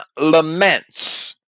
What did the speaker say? laments